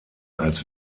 als